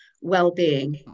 well-being